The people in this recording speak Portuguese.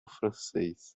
francês